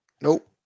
Nope